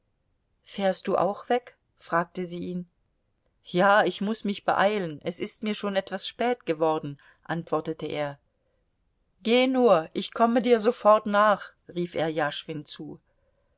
fährst du auch weg fragte sie ihn ja ich muß mich beeilen es ist mir schon etwas spät geworden antwortete er geh nur ich komme dir sofort nach rief er jaschwin zu